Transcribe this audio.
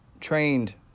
trained